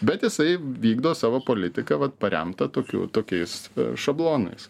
bet jisai vykdo savo politiką vat paremtą tokiu tokiais šablonais